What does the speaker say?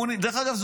דרך אגב,